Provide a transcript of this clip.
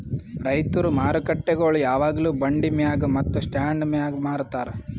ರೈತುರ್ ಮಾರುಕಟ್ಟೆಗೊಳ್ ಯಾವಾಗ್ಲೂ ಬಂಡಿ ಮ್ಯಾಗ್ ಮತ್ತ ಸ್ಟಾಂಡ್ ಮ್ಯಾಗ್ ಮಾರತಾರ್